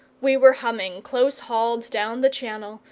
we were humming, close-hauled, down the channel,